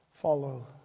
follow